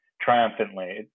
triumphantly